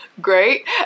Great